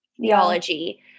theology